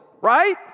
right